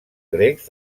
grecs